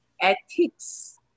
ethics